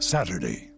Saturday